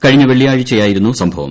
കഴിഞ്ഞ വെള്ളിയാഴ്ചയായിരുന്നു സംഭവം